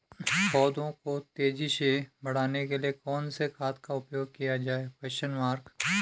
पौधों को तेजी से बढ़ाने के लिए कौन से खाद का उपयोग किया जाए?